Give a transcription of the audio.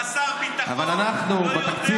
חסר ביטחון, לא יודע לנהל